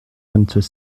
vingt